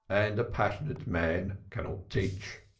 and a passionate man cannot teach.